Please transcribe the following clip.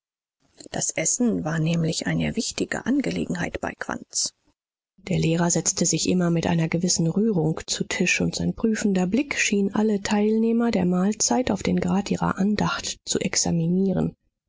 das essen war nämlich eine wichtige angelegenheit bei quandts der lehrer setzte sich immer mit einer gewissen rührung zu tisch und sein prüfender blick schien alle teilnehmer der mahlzeit auf den grad ihrer andacht zu examinieren